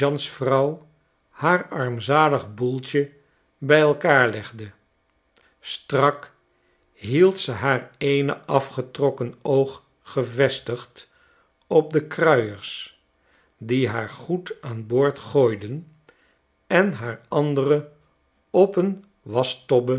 sergeantsvrouw haar armzalig boeltje bij elkaar legde strak hield ze haar eene afgetrokken oog gevestigd op de kruiers die haar goed aan boord gooiden en haar andere op een